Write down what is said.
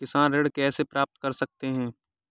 किसान ऋण कैसे प्राप्त कर सकते हैं?